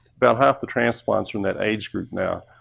about half the transplants from that age group now.